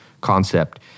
concept